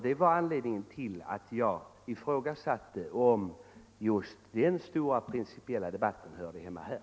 Det är anledningen till att jag ifrågasatte om den stora principiella debatten hör hemma här.